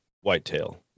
whitetail